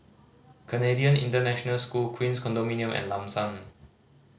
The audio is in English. Canadian International School Queens Condominium and Lam San